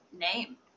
name